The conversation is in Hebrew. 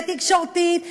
תקשורתית ופוליטית,